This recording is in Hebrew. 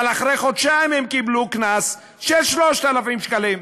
אבל אחרי חודשיים הם קיבלו קנס של 3,000 שקלים.